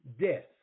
Death